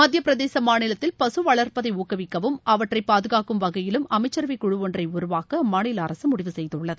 மத்திய பிரதேச மாநிலத்தில் பசு வளர்ப்பதை ஊக்குவிக்கவும் அவற்றை பாதஙாக்கும் வகையிலும் அமைச்சரவை குழு ஒன்றை உருவாக்க அம்மாநில அரசு முடிவு செய்துள்ளது